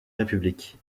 république